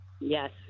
Yes